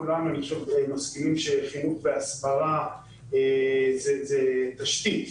כולם מסכימים שחינוך והסברה הם תשתית